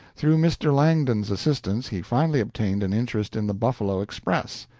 through mr. langdon's assistance, he finally obtained an interest in the buffalo express,